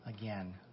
again